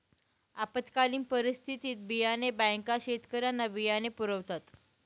आपत्कालीन परिस्थितीत बियाणे बँका शेतकऱ्यांना बियाणे पुरवतात